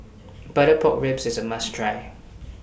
Butter Pork Ribs IS A must Try